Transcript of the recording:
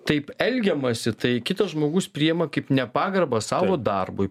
taip elgiamasi tai kitas žmogus priima kaip nepagarbą savo darbui